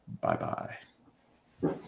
bye-bye